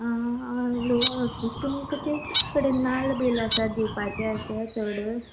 आं हेलो तुमचे कडेन नाल्ल बीन आसा दिवपाचे अशें चड